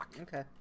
Okay